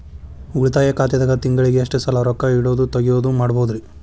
ಉಳಿತಾಯ ಖಾತೆದಾಗ ತಿಂಗಳಿಗೆ ಎಷ್ಟ ಸಲ ರೊಕ್ಕ ಇಡೋದು, ತಗ್ಯೊದು ಮಾಡಬಹುದ್ರಿ?